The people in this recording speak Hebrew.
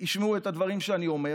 ישמעו את הדברים שאני אומר,